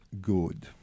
good